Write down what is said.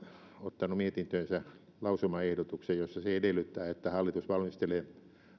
ottanut mietintöönsä lausumaehdotuksen jossa se edellyttää että hallitus valmistelee